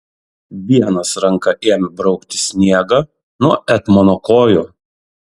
vienas ranka ėmė braukti sniegą nuo etmono kojų